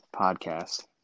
podcast